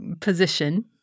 position